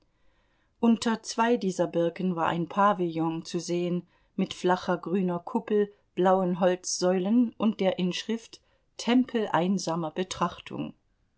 unter zwei dieser birken war ein pavillon zu sehen mit flacher grüner kuppel blauen holzsäulen und der inschrift tempel einsamer betrachtung